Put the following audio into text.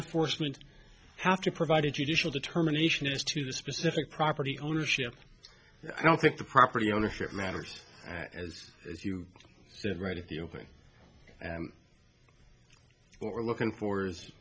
enforcement have to provide a judicial determination as to the specific property ownership i don't think the property ownership matters as if you said right at the open we're looking for is